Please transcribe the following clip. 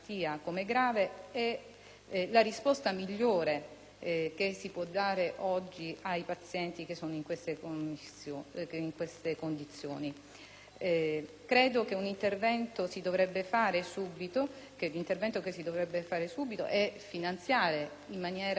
la risposta migliore che si può dare oggi ai pazienti che si trovano in queste condizioni. Credo che un intervento da fare subito dovrebbe essere quello volto a finanziare in maniera specifica